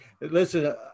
Listen